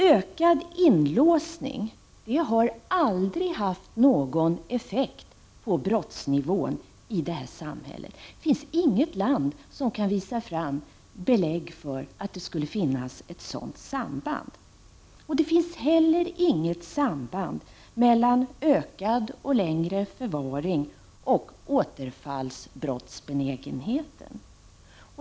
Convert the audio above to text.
Ökad inlåsning har aldrig haft någon effekt på brottsnivån i det här samhället. Det finns inget land som kan visa belägg för att det skulle finnas ett sådant samband. Det finns heller inget samband mellan ökad och längre förvaring och återfallsbrottsbenägenheten.